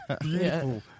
Beautiful